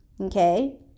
okay